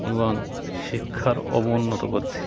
এবং শিক্ষার অবনত করছি